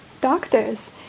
doctors